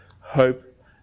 hope